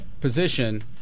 position